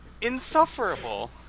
insufferable